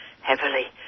heavily